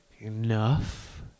enough